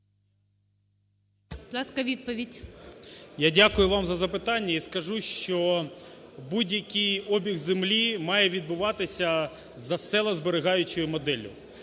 Я дякую вам за запитання. І скажу, що будь-який обіг землі має відбуватися за селозберігаючою моделлю.